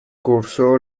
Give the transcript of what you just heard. cursó